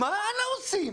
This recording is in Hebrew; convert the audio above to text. מה הלאה עושים?